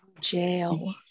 Jail